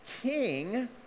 king